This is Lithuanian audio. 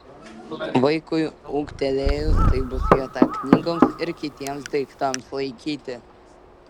vaikui ūgtelėjus tai bus vieta knygoms ir kitiems daiktams laikyti